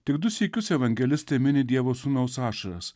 tik du sykius evangelistai mini dievo sūnaus ašaras